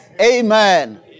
Amen